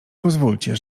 pozwólcie